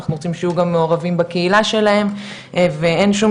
אנחנו רוצים שיהיו גם מעורבים בקהילה שלהם ואין שום